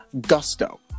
Gusto